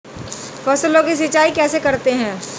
फसलों की सिंचाई कैसे करते हैं?